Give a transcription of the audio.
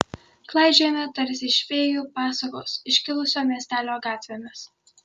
klaidžiojame tarsi iš fėjų pasakos iškilusio miestelio gatvėmis